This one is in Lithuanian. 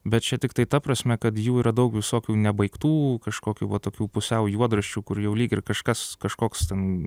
bet čia tiktai ta prasme kad jų yra daug visokių nebaigtų kažkokių va tokių pusiau juodraščių kur jau lyg ir kažkas kažkoks ten